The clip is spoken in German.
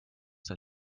der